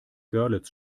görlitz